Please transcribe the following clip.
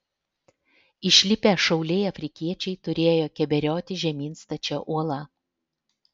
išlipę šauliai afrikiečiai turėjo keberiotis žemyn stačia uola